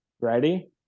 ready